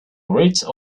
reached